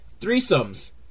threesomes